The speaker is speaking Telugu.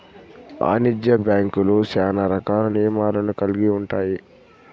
వాణిజ్య బ్యాంక్యులు శ్యానా రకాల నియమాలను కల్గి ఉంటాయి